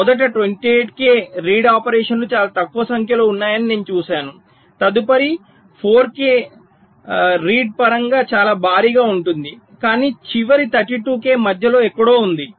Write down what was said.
మొదటి 28 k read ఆపరేషన్లు చాలా తక్కువ సంఖ్యలో ఉన్నాయని నేను చూశాను తదుపరి 4 k చదవడం పరంగా చాలా భారీగా ఉంటుంది కాని చివరి 32 k మధ్యలో ఎక్కడో ఉంది